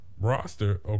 roster